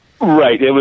Right